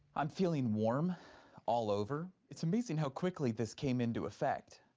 i'm feeling warm all over. it's amazing how quickly this came into effect.